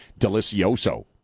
Delicioso